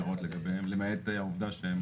כל הגופים שפועלים תחת הוועדה,